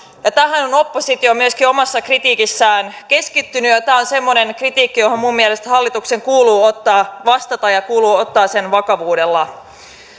tähän on oppositio myöskin omassa kritiikissään keskittynyt ja tämä on semmoinen kritiikki johon minun mielestäni hallituksen kuuluu vastata ja joka sen kuuluu ottaa vakavuudella